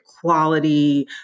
quality